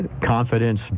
confidence